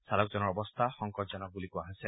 চালকজনৰ অৱস্থা সংকটজনক বুলি কোৱা হৈছে